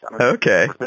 Okay